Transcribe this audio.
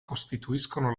costituiscono